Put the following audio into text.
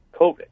COVID